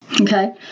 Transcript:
Okay